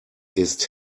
ist